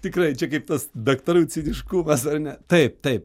tikrai čia kaip tas daktarų ciniškumas ar ne taip taip